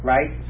Right